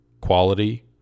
quality